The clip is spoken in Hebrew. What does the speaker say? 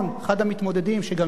אחד המתמודדים שגם הפסיד,